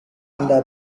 anda